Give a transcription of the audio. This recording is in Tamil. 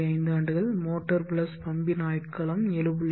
5 ஆண்டுகள் மோட்டார் பிளஸ் பம்பின் ஆயுட்காலம் 7